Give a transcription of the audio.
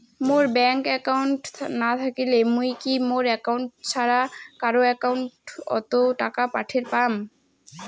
মোর bank account না থাকিলে মুই কি মোর একাউন্ট ছাড়া কারো একাউন্ট অত টাকা পাঠের পাম?